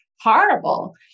horrible